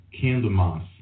Candlemas